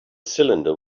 cylinder